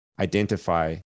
identify